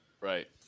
Right